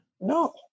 no